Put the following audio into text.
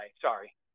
sorry